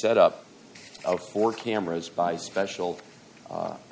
set up out for cameras by special